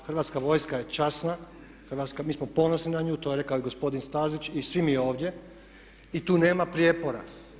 Hrvatska vojska je časna, mi smo ponosni na nju to je rekao i gospodin Stazić i svi mi ovdje i tu nema prijepora.